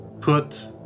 put